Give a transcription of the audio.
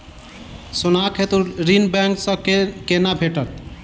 सोनाक हेतु ऋण बैंक सँ केना भेटत?